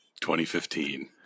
2015